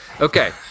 Okay